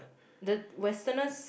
the westerners